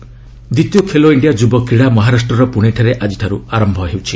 Khelo India ଦ୍ୱିତୀୟ Khelo India ଯୁବ କ୍ରୀଡ଼ା ମହାରାଷ୍ଟ୍ରର ପୁଣେଠାରେ ଆଜିଠାରୁ ଆରମ୍ଭ ହେଉଛି